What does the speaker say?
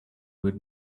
with